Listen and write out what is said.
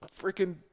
freaking